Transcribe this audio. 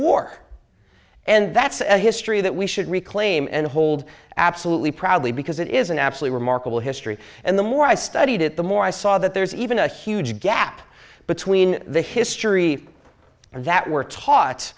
war and that's a history that we should reclaim and hold absolutely proudly because it is an absolute remarkable history and the more i studied it the more i saw that there is even a huge gap between the history that we're taught